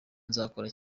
nzakora